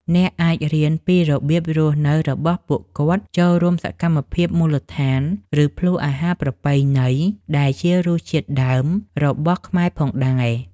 អ្នកអាចរៀនពីរបៀបរស់នៅរបស់ពួកគាត់ ចូលរួមសកម្មភាពមូលដ្ឋាន ឬភ្លក្សអាហារប្រពៃណីដែលជារសជាតិដើមរបស់ខ្មែរផងដែរ។